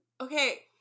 Okay